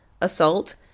assault